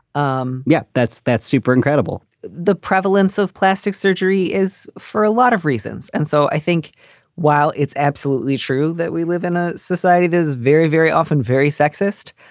um yeah, that's that super incredible. the prevalence of plastic surgery is for a lot of reasons. and so i think while it's absolutely true that we live in a society, it is very, very often very sexist.